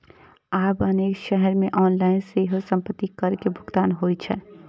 आब अनेक शहर मे ऑनलाइन सेहो संपत्ति कर के भुगतान होइ छै